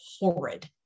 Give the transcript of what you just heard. horrid